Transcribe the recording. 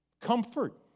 comfort